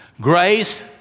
Grace